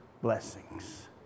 blessings